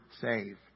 save